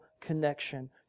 connection